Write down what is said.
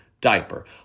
diaper